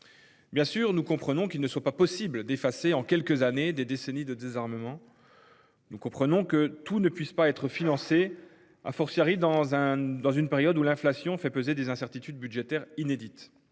Bien sûr nous comprenons qu'il ne soit pas possible d'effacer en quelques années, des décennies de désarmement. Nous comprenons que tous ne puissent pas être financé, a fortiori dans un dans une période où l'inflation fait peser des incertitudes budgétaires inédites.